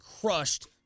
crushed